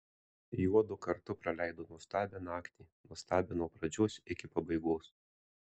juodu kartu praleido nuostabią naktį nuostabią nuo pradžios iki pabaigos